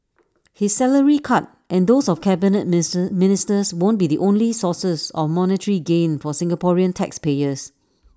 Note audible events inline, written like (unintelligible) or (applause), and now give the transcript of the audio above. his salary cut and those of cabinet (unintelligible) ministers won't be the only sources of monetary gain for Singaporean taxpayers